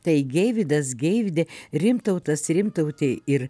taigi geividas geividė rimtautas rimtautė ir